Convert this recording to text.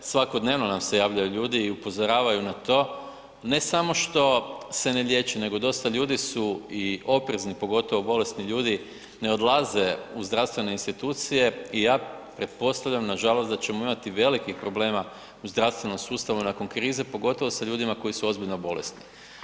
Svakodnevno nam se javljaju ljudi i upozoravaju na to, ne samo što se ne liječi, nego dosta ljudi su i oprezni, pogotovo bolesni ljudi, ne odlaze u zdravstvene institucije i ja pretpostavljam nažalost da ćemo imati velikih problema u zdravstvenom sustavu nakon krize, pogotovo sa ljudima koji su ozbiljno bolesni.